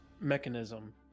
mechanism